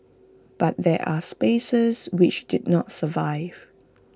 but there are spaces which did not survive